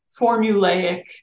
formulaic